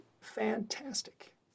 fantastic